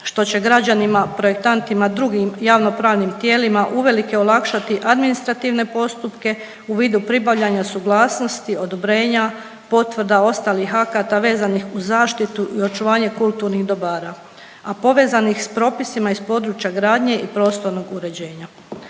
što će građanima, projektantima i drugim javnopravnim tijelima uvelike olakšati administrativne postupke u vidu pribavljanja suglasnosti, odobrenja, potvrda ostalih akata vezanih uz zaštitu i očuvanje kulturnih dobara, a povezanih s propisima iz područja gradnje i prostornog uređenja.